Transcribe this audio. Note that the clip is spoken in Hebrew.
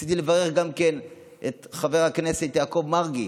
רציתי לברך גם את חבר הכנסת יעקב מרגי,